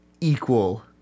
equal